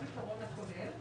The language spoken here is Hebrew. אני מדגישה, לא הפתרון הכולל.